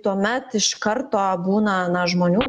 tuomet iš karto būna na žmonių